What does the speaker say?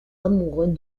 amoureux